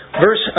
verse